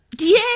Yay